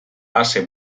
base